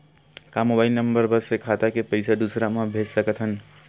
का mobile number बस से खाता से पईसा दूसरा मा भेज सकथन?